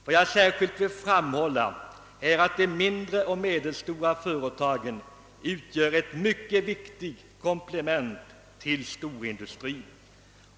Vad jag särskilt vill framhålla är att de mindre och medelstora företagen utgör ett mycket viktigt komplement till storindustrin.